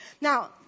Now